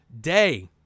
day